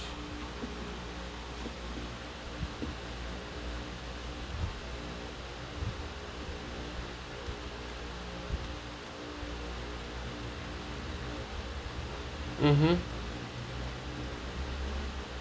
mmhmm